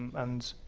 and